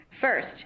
First